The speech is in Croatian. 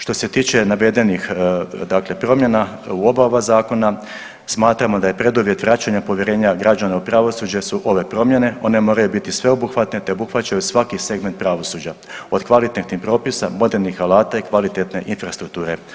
Što se tiče navedenih dakle promjena u oba ova zakona, smatramo da je preduvjet vraćanja povjerenja građana u pravosuđe su ove promjene, one moraju biti sveobuhvatne te obuhvaćaju svaki segment pravosuđa, od kvalitetnih propisa, modernih alata i kvalitetne infrastrukture.